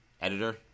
editor